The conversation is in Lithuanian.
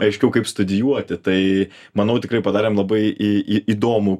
aiškiau kaip studijuoti tai manau tikrai padarėm labai į į įdomų